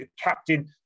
captain